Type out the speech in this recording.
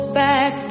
back